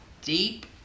deep